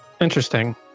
Interesting